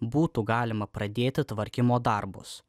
būtų galima pradėti tvarkymo darbus